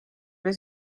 oli